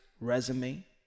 resume